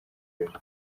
birori